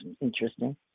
interesting